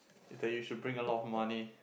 is that you should bring a lot of money